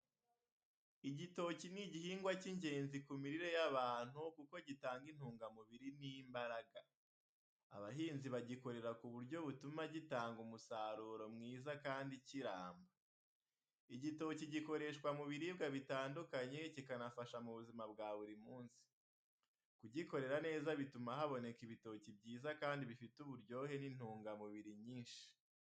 Igitoki ni igihingwa cy’ingenzi ku mirire y’abantu, kuko gitanga intungamubiri n’imbaraga. Abahinzi bagikorera ku buryo butuma gitanga umusaruro mwiza kandi kiramba. Igitoki gikoreshwa mu biribwa bitandukanye, kikanafasha mu buzima bwa buri munsi. Kugikorera neza bituma haboneka ibitoki byiza kandi bifite uburyohe n’intungamubiri nyinshi.